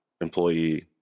employee